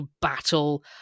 battle